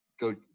go